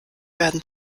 werden